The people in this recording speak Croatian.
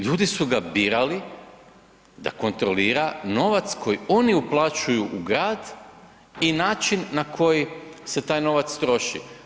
Ljudi su ga birali da kontrolira novac koji oni uplaćuju u grad i način na koji se taj novac troši.